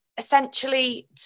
Essentially